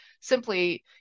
simply